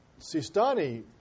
Sistani